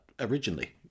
originally